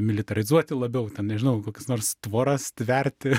militarizuoti labiau ten nežinau kokius nors tvoras tverti